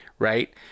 Right